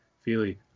Feely